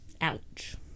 Ouch